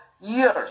years